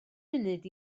munud